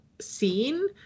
scene